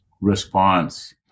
response